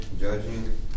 judging